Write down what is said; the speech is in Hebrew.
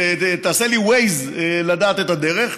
תעשה לי Waze לדעת את הדרך.